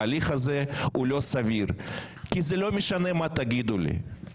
ההליך הזה הוא לא סביר כי זה לא משנה מה תגידו לי,